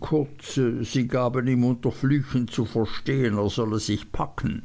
kurz sie gaben ihm unter flüchen zu verstehen er solle sich packen